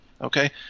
Okay